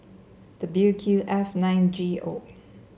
W Q F nine G O